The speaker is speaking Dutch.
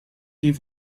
die